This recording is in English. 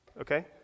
okay